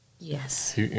Yes